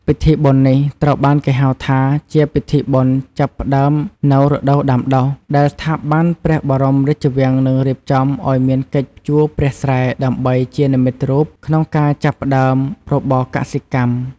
ពិធីបុណ្យនេះត្រូវបានគេហៅថា ជាពិធីបុណ្យចាប់ផ្ដើមនូវរដូវដាំដុះ ដែលស្ថាប័នព្រះបរមរាជវាំងនឹងរៀបចំឱ្យមានកិច្ចភ្ជួរព្រះស្រែដើម្បីជានិមិត្តរូបក្នុងការចាប់ផ្ដើមរបរកសិកម្ម។